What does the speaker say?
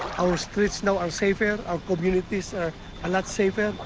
our streets now are safer. our communities are a lot safer.